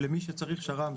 למי שצריך שר"ם,